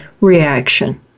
reaction